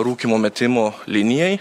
rūkymo metimo linijai